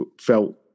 felt